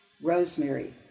Rosemary